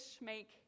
make